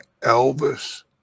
Elvis